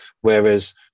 Whereas